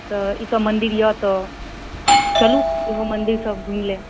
तऽ ई सभ मन्दिर यऽ तऽ चलू इहो मन्दिर सभ घुमि लेब